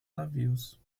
navios